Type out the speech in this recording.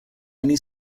only